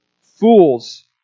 fools